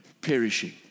Perishing